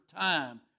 time